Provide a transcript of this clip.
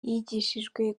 yigishijwe